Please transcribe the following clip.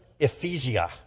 Ephesia